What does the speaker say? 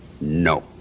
no